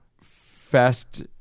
Fast